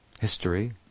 history